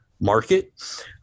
market